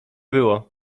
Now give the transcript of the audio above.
było